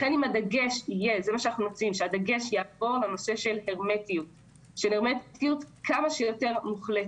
לכן אנחנו מציעים שהדגש יעבור לנושא של הרמטיות כמה שיותר מוחלטת,